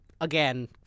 again